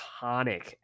iconic